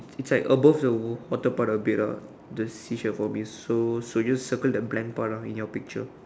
it's like above the water part a bit ah the seashell for me so so just the circle the blank part ah in your picture